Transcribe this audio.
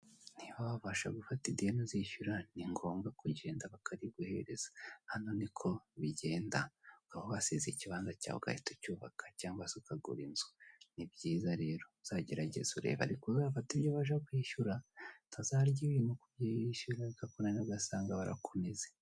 Niba wabasha gufata ideni uzishyura ni ngombwa kugenda bakariguhereza, hano niko bigenda, ukaba wasiza ikibanza cyawe ugahita ucyubaka cyangwa se ukagura inzu, ni byiza rero uzagerageze urebe ariko uzafate ibyo ubasha kwishyura utazarya ibintu kwishyura birakunaniye ugasanga barakunize.